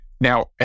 Now